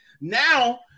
now